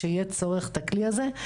זה חשוב שיהיה צורך בכלי הזה.